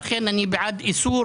לכן אני בעד איסור,